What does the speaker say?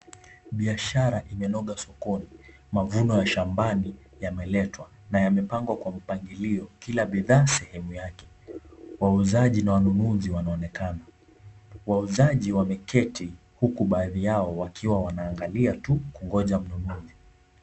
Biashara imenoga sokoni. Mavuno ya shambani yameletwa na yamepangwa kwa mpangilio. Kila bidhaa sehemu yake. Wauzaji na wanunuzi wanaonekana. Wauzaji wameketi huku baadhi yao wakiwa wanaangalia tu kungoja mnunuzi.